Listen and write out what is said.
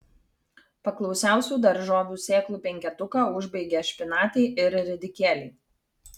paklausiausių daržovių sėklų penketuką užbaigia špinatai ir ridikėliai